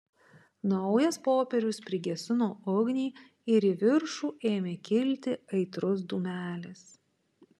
naujas popierius prigesino ugnį ir į viršų ėmė kilti aitrus dūmelis